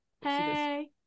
hey